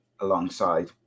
alongside